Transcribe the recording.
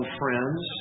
friends